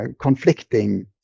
conflicting